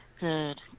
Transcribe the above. Good